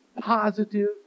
positive